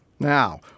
Now